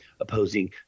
opposing